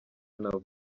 nabo